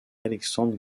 alexandre